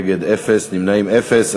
נגד, אפס, נמנעים, אפס.